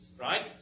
right